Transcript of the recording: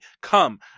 Come